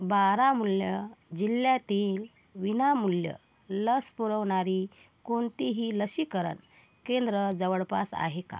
बारामुल्ला जिल्ह्यातील विनामूल्य लस पुरवणारी कोणतीही लसीकरण केंद्रं जवळपास आहे का